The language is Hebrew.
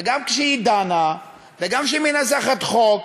וגם כשהיא דנה וגם כשהיא מנסחת חוק,